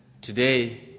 Today